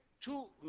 Two